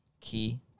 key